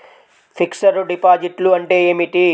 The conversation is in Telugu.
ఫిక్సడ్ డిపాజిట్లు అంటే ఏమిటి?